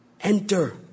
enter